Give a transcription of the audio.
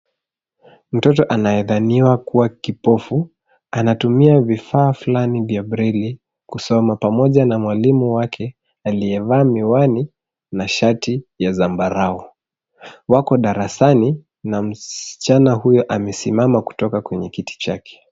Mtoto anayedhaniwa kuwa kipofu anatumia vifaa flani ya braille kusoma pamoja na mwalimu wake aliyevaa miwani na shati ya zambarau. Wako darasani na msichana huyo amesimama kutoka kwenye kiti chake.